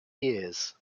years